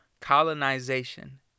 colonization